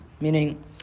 Meaning